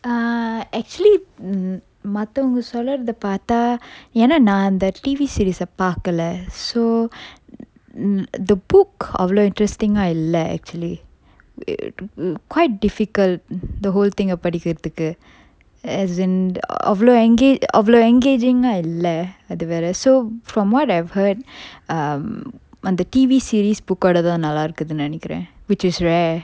err actually மத்தவங்க சொல்றத பாத்தா ஏன்னா நா அந்த:mathavanga solratha patha ennaa na antha the T_V series ah பாக்கல:pakkala so um the book அவ்வளவு:avvalavu interesting ah இல்ல:illa actually quite difficult the whole thing ah படிக்குறதுக்கு:padikkurathukku as in அவ்வளவு:avvalavu enga~ அவ்வளவு:avvalavu engaging ah இல்ல அது வேற:illa athu vera so from what I've heard um அந்த:antha T_V series book ஓட தான் நல்லா இருக்குதுன்னு நெனைக்குரன்:oda than nalla irukkuthunu nenaikkuran which is rare